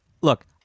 Look